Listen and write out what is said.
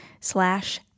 slash